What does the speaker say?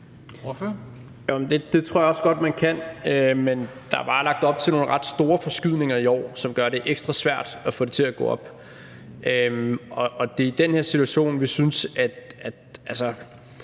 Det tror jeg også godt man kan, men der var lagt op til nogle ret store forskydninger i år, som gør det ekstra svært at få det til at gå op. Man skal jo spare hvert år, og man skal